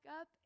up